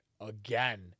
again